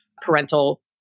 parental